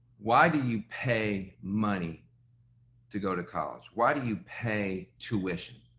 why do you pay money to go to college? why do you pay tuition?